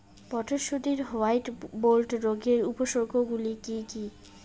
মটরশুটির white mould রোগের উপসর্গগুলি কী কী?